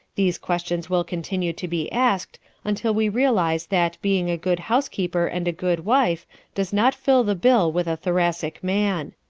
these questions will continue to be asked until we realize that being a good housekeeper and a good wife does not fill the bill with a thoracic man.